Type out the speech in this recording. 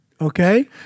Okay